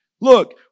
Look